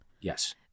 Yes